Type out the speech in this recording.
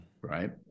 right